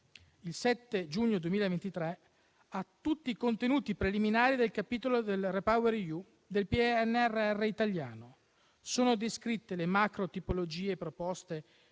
il 7 giugno 2023, ha tutti i contenuti preliminari del Capitolo REPowerEU del PNRR italiano. Sono descritte le macrotipologie formulate